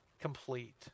complete